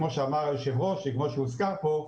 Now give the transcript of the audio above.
כמו שאמר היושב ראש וכמו שהוזכר פה,